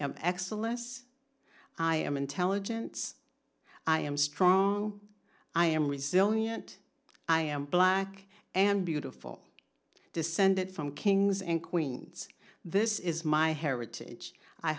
excellence i am intelligence i am strong i am resilient i am black and beautiful descended from kings and queens this is my heritage i